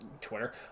Twitter